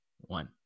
one